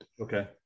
Okay